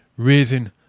Raising